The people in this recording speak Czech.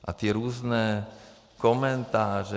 A ty různé komentáře.